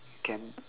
can